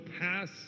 pass